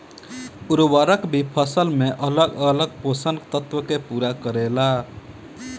उर्वरक भी फसल में अलग अलग पोषण तत्व के पूरा करेला